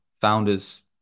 founders